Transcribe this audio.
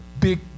big